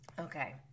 okay